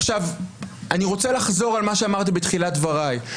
אני רוצה לחזור על מה שאמרתי בתחילת דבריי.